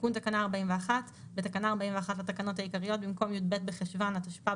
תיקון תקנה 41 3. בתקנה 41 לתקנות העיקריות במקום י"ב בחשוון התשפ"ב